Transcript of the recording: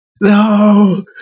No